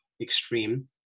extreme